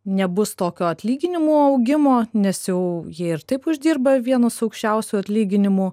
nebus tokio atlyginimų augimo nes jau jie ir taip uždirba vienus aukščiausių atlyginimų